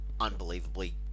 unbelievably